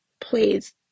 please